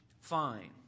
fine